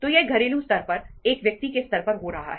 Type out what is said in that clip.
तो यह घरेलू स्तर पर एक व्यक्ति के स्तर पर हो रहा है